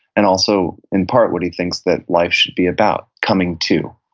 and also in part what he thinks that life should be about, coming to,